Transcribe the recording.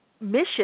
mission